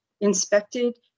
inspected